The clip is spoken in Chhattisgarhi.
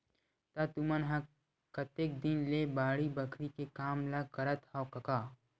त तुमन ह कतेक दिन ले बाड़ी बखरी के काम ल करत हँव कका?